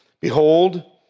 Behold